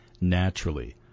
naturally